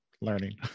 learning